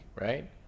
right